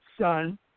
son